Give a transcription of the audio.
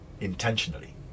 intentionally